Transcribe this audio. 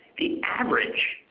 the average,